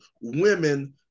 women